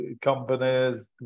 companies